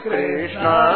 Krishna